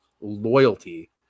loyalty